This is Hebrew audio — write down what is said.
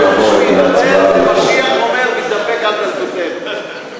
ומשיח אומר יתדפק על דלתותינו.